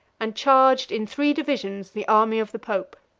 and charged in three divisions the army of the pope.